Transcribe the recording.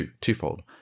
twofold